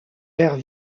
vers